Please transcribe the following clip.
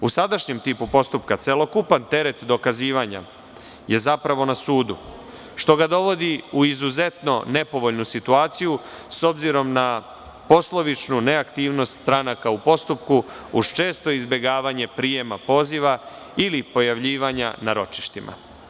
U sadašnjem tipu postupka, celokupan teret dokazivanja je zapravo na sudu, što ga dovodi u izuzetno nepovoljnu situaciju, s obzirom na poslovičnu neaktivnost stranaka u postupku, uz često izbegavanje prijema poziva ili pojavljivanja na ročištima.